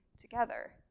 together